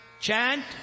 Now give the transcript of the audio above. chant